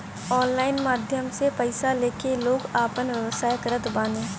online माध्यम से पईसा लेके लोग आपन व्यवसाय करत बाने